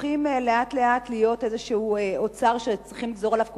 הופכים לאט-לאט להיות איזה אוצר שצריכים לגזור עליו קופון,